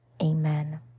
amen